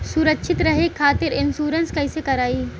सुरक्षित रहे खातीर इन्शुरन्स कईसे करायी?